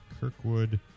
Kirkwood